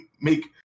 make